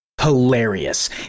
hilarious